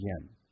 again